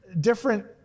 different